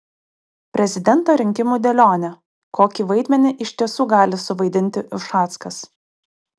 prezidento rinkimų dėlionė kokį vaidmenį iš tiesų gali suvaidinti ušackas